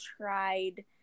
tried